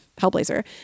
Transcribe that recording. Hellblazer